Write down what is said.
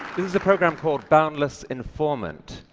this is a program called boundless informant.